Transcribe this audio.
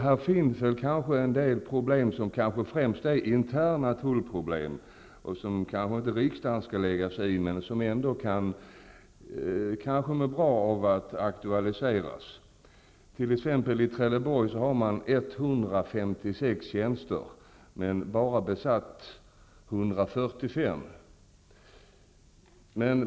Här finns en del problem som kanske främst är interna tullproblem och som väl inte riksdagen skall lägga sig i, men som det ändå kan vara bra att aktualisera. I Trelleborg har man t.ex. 156 tjänster, men bara 145 har besatts.